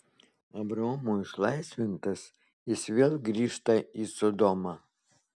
abraomo išlaisvintas jis vėl grįžta į sodomą